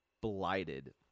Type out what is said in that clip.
blighted